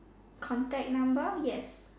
contact number yes